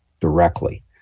directly